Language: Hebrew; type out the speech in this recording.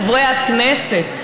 חברי הכנסת.